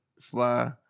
fly